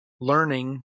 learning